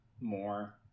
more